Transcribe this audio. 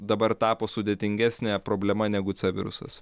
dabar tapo sudėtingesnė problema negu c virusas